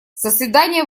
заседание